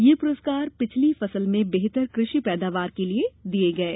यह पुरस्कार पिछली फसल में बेहतर कृषि पैदावार के लिये दिये गये